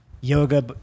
yoga